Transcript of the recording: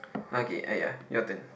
okay !aiya! your turn